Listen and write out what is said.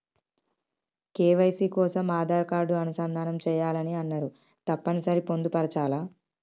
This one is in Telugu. కే.వై.సీ కోసం ఆధార్ కార్డు అనుసంధానం చేయాలని అన్నరు తప్పని సరి పొందుపరచాలా?